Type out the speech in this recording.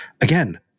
again